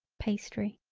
pastry.